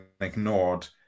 ignored